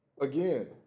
again